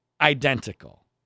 identical